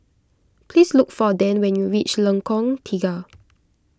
please look for Dann when you reach Lengkong Tiga